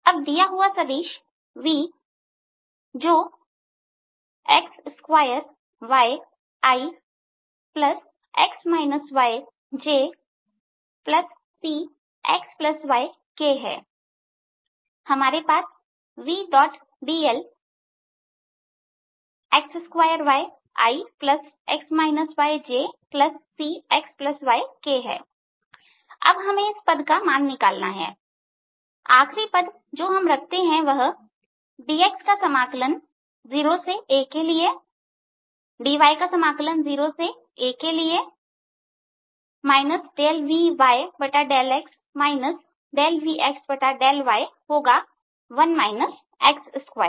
अब दिया हुआ सदिश V जो x2yijcxykहै हमारे पास vdlx2yijcxyk है अब हमें इस पद का मान निकालना है आखिरी पद जो हम रखते हैं वह dx का समाकलन 0 से a के लिएdy 0 से a के लिए Vyδx Vxδy होगा 1 x2